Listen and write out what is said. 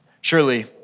Surely